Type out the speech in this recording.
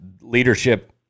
leadership